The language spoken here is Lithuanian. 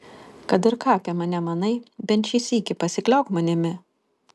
kad ir ką apie mane manai bent šį sykį pasikliauk manimi